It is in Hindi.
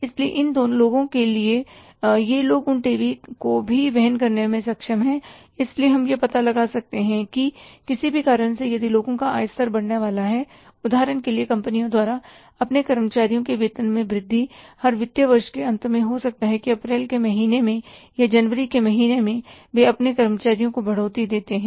इसलिए इन लोगों के लिए ये लोग उन टीवी को भी वहन करने में सक्षम हैं इसलिए हम यह पता लगा सकते हैं कि किसी भी कारण से यदि लोगों का आय स्तर बढ़ने वाला है उदाहरण के लिए कंपनियों द्वारा अपने कर्मचारियों के वेतन में वृद्धि हर वित्तीय वर्ष के अंत में हो सकता है अप्रैल के महीने में या जनवरी के महीने में वे अपने कर्मचारियों को बढ़ोतरी देते हैं